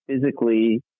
physically